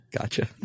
Gotcha